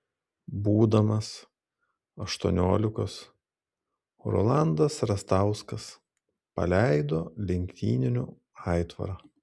būdamas aštuoniolikos rolandas rastauskas paleido lenktynių aitvarą